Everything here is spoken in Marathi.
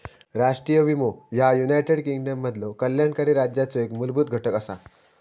राष्ट्रीय विमो ह्या युनायटेड किंगडममधलो कल्याणकारी राज्याचो एक मूलभूत घटक असा